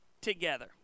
together